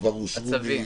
כבר אושרו --- הצווים.